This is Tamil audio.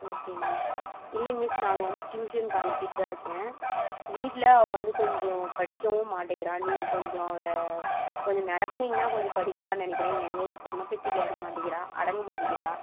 ஓகே மிஸ் இல்லைங்க மிஸ் நாங்கள் வந்து ட்யூசனுக்கு அனுப்பிட்டு தான் இருக்கேன் வீட்டில் அவள் வந்து கொஞ்சம் படிக்கவும் மாட்டேங்கிறா நீங்கள் கொஞ்சம் அவளை கொஞ்சம் மிரட்டுனீங்கன்னா கொஞ்சம் படிக்குவான்னு நினைக்கிறேன் எங்களுக்கு சொன்னப்பேச்ச்சை கேட்க மாட்டேங்கிறா அடங்கமாட்டேங்கிறா